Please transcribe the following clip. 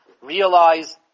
realize